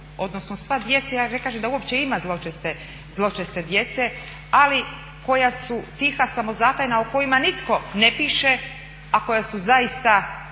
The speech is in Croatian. odnosno djeca, ja ne kažem da uopće ima zločeste djece ali koja su tiha i samozatajna o kojima nitko ne piše, a koja su zaista